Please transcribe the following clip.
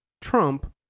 Trump